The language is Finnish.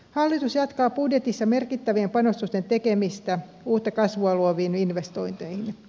hallitus jatkaa budjetissa merkittävien panostusten tekemistä uutta kasvua luoviin investointeihin